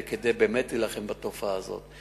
וכדי באמת להילחם בתופעה הזאת.